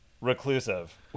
reclusive